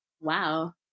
Wow